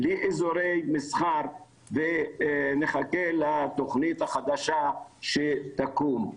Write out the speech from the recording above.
בלי אזורי מסחר ומחכים לתוכנית החדשה שתקום.